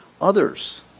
others